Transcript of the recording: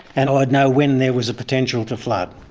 and i'd know when there was a potential to flood.